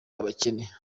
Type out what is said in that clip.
abakene